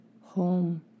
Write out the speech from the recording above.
home